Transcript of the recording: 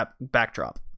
backdrop